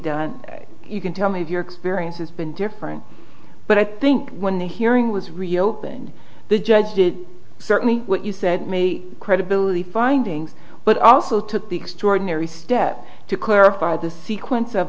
done you can tell me if your experience has been different but i think when the hearing was reopened the judge did certainly what you said credibility findings but also took the extraordinary steps to clarify the sequence of